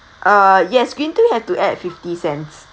uh yes green tea have to add fifty cents